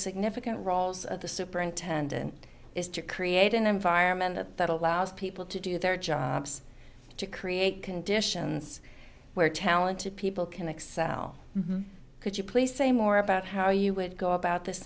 significant roles of the superintendent is to create an environment that allows people to do their jobs to create conditions where talented people can excel could you please say more about how you would go about this